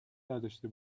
برداشته